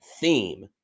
theme